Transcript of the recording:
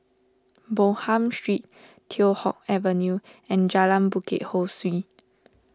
Bonham Street Teow Hock Avenue and Jalan Bukit Ho Swee